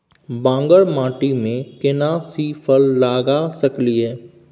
बांगर माटी में केना सी फल लगा सकलिए?